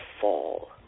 fall